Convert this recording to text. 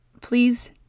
please